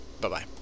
Bye-bye